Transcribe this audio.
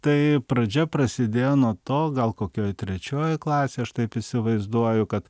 tai pradžia prasidėjo nuo to gal kokioj trečioj klasėj aš taip įsivaizduoju kad